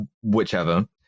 whichever